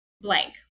blank